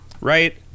right